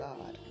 God